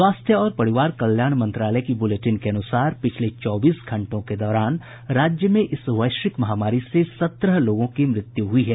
स्वास्थ्य और परिवार कल्याण मंत्रालय की बुलेटिन के अनुसार पिछले चौबीस घंटों के दौरान राज्य में इस वैश्विक महामारी से सत्रह लोगों की मृत्यु हुई है